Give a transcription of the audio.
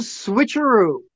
switcheroo